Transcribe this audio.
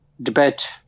debate